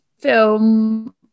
film